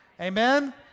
amen